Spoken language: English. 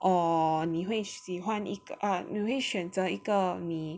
or 你会喜欢选择一个你